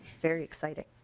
very exciting.